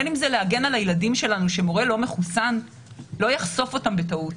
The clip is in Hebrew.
בין אם זה להגן על הילדים שלנו שמורה לא מחוסן לא יחשוף אותם בטעות,